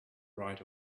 right